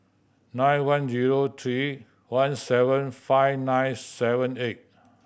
nine one zero three one seven five nine seven eight